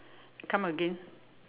come again